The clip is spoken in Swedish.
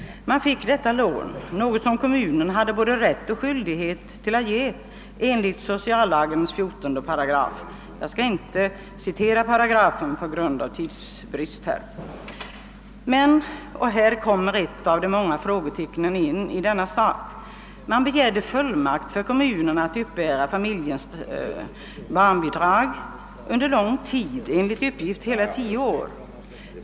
Man fick detta lån, vilket kommunen hade både rätt och skyldighet att ge enligt 14 § lagen om socialhjälp; jag skall på grund av tidsbrist inte citera paragrafen. Men — och här kommer ett av de många frågetecknen i denna sak in — kommunen begärde fullmakt att uppbära familjens barnbidrag under lång tid, enligt uppgift hela tio år.